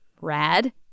Rad